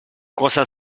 cosa